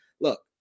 look